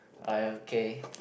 I okay